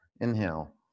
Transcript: inhale